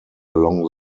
along